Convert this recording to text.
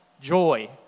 joy